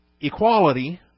equality